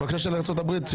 זו בקשה של ארצות הברית.